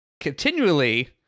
continually